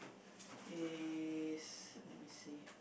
is let me see